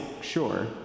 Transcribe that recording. sure